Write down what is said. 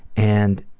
and